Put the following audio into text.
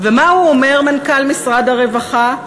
ומה הוא אומר, מנכ"ל משרד הרווחה?